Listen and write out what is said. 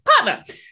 Partner